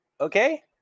Okay